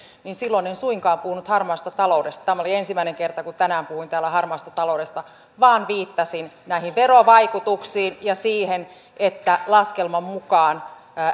niin silloin en suinkaan puhunut harmaasta taloudesta tämä oli ensimmäinen kerta kun tänään puhuin täällä harmaasta taloudesta vaan viittasin näihin verovaikutuksiin ja siihen että laskelman mukaan